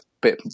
bit